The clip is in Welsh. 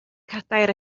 cadair